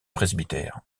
presbytère